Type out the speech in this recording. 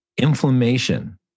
Inflammation